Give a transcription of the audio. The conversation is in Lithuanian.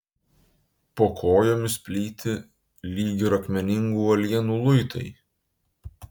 po kojomis plyti lyg ir akmeningų uolienų luitai